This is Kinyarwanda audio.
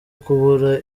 kubura